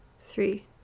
three